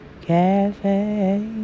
Cafe